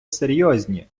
серйозні